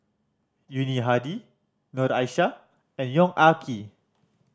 Yuni Hadi Noor Aishah and Yong Ah Kee